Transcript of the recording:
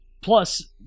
Plus